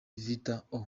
vital’o